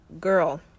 girl